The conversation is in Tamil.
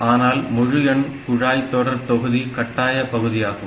ஆனால் முழுஎண் குழாய் தொடர் தொகுதி கட்டாய பகுதியாகும்